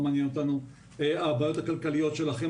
לא מעניין אותנו הבעיות הכלכליות שלכם,